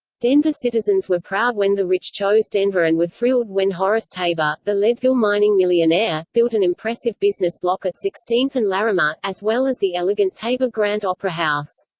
denver citizens were proud when the rich chose denver and were thrilled when horace tabor, the leadville mining millionaire, built an impressive business block at sixteenth and larimer, as well as the elegant tabor grand opera house.